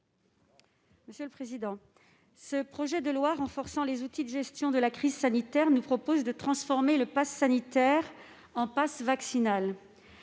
n° 9 rectifié. Le projet de loi renforçant les outils de gestion de la crise sanitaire prévoit de transformer le passe sanitaire en passe vaccinal.